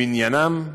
למניינם,